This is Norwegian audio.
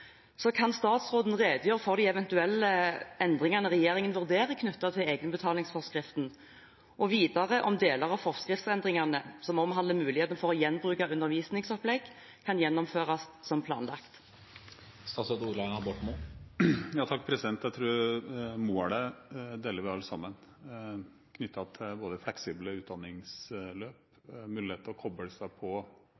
Kan statsråden redegjøre for de eventuelle endringene regjeringen vurderer knyttet til egenbetalingsforskriften, og videre om deler av forskriftsendringene som omhandler muligheter for å gjenbruke undervisningsopplegg, kan gjennomføres som planlagt? Jeg tror vi alle sammen deler målet knyttet til både fleksible utdanningsløp, muligheten til